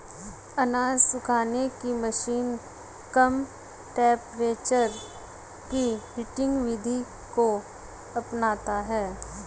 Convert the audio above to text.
अनाज सुखाने की मशीन कम टेंपरेचर की हीटिंग विधि को अपनाता है